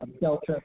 Delta